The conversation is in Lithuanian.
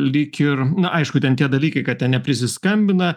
lyg ir aišku ten tie dalykai kad ten neprisiskambina